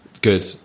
good